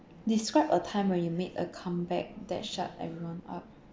describe a time when you made a comeback that shut everyone up